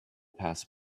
pass